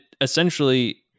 essentially